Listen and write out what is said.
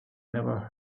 never